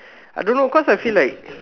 I don't know cause I feel like